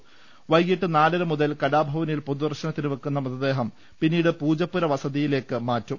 തുടർന്ന് ഉവെകീട്ട് നാലര മുതൽ കലാഭവനിൽ പൊതുദർശനത്തിന് വെക്കുന്ന മൃതദേഹം പിന്നീട് പൂജപ്പുരയിലെ വസതിയിലേക്ക് മാറ്റും